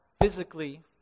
physically